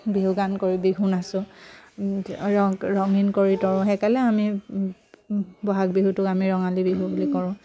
বিহু গান কৰি বিহু নাচোঁ ৰ ৰঙীন কৰি তৰোঁ সেইকাৰণে আমি ব'হাগ বিহুটোক আমি ৰঙালী বিহু বুলি কৰোঁ